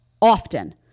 often